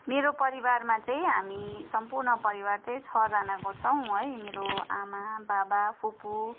मेरो परिवारमा चाहिँ हामी सम्पूर्ण परिवार चाहिँ छजानाको छौँ है मेरो आमा बाबा फुपू